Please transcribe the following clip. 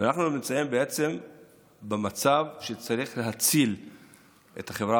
אנחנו נמצאים במצב שבו צריך להציל את החברה